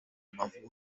amavubi